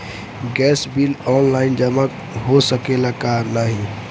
Gas bill online जमा हो सकेला का नाहीं?